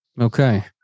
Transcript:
Okay